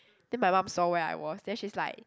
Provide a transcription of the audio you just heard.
then my mum saw where I was then she's like